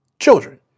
children